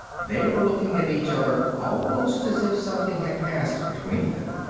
they were looking at each other almost as if something had passed between them.